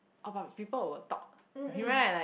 oh but people will talk to him right like